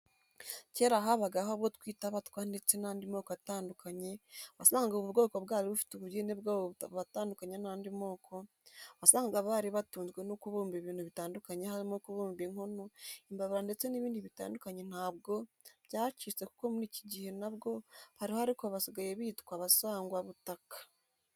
Kera habagaho abo twita Abatwa ndetse n'andi moko atandukanye wasangaga ubu bwoko bwari bufite ubugeni bwabo bubutandukanya n'andi moko, wasangaga bari batunzwe no kubumba ibintu bitandukanye harimo kubumba inkono, imbabura ndetse n'ibindi bitandukanye ntabwo byacitse kuko muri iki gihe na bwo bariho ariko basigaye bitwa Abasangwabutaka.